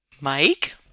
Mike